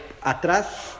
Atrás